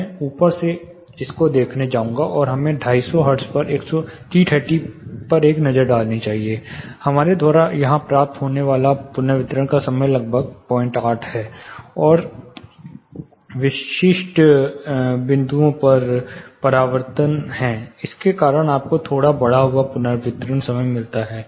मैं ऊपर से इसको देखने जाऊंगा और हमें 250 हर्ट्ज पर t30 पर एक नज़र डालनी चाहिए हमारे द्वारा यहां प्राप्त होने वाला पुनर्वितरण का समय लगभग 08 है और विशिष्ट बिंदुओं पर परावर्तन हैं जिसके कारण आपको थोड़ा बढ़ा हुआ पुनर्वितरण समय मिलता है